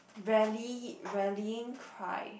rally rallying cry